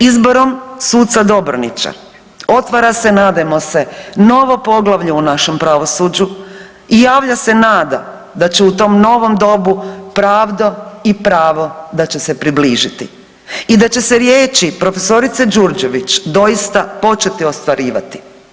Izborom suca Dobronića otvara se, nadajmo se, novo poglavlje u našem pravosuđu i javlja se nada da će u tom novom dobu pravdo i pravo da će se približiti i da će se riječi profesorice Đurđević doista početi ostvarivati.